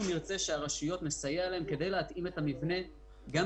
אנחנו נסייע לרשויות להתאים את המבנה כך